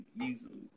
easily